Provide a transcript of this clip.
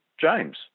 James